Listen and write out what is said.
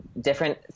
different